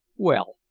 well,